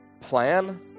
plan